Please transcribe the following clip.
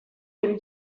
dem